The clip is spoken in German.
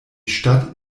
stadt